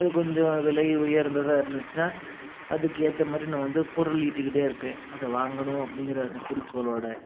அது கொஞ்சம் விலை உயர்ந்ததாக இருந்துச்சுன்னா அதுக்கேற்ற மாதிரி நான் வந்து பொருள் ஈட்டிக்கிட்டே இருப்பேன் அதை வாங்கணும் அப்படிங்கற அந்த குறிக்கோள்லோட